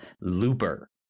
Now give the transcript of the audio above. Looper